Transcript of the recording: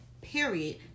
Period